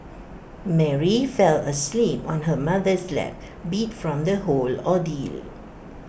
Mary fell asleep on her mother's lap beat from the whole ordeal